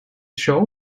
show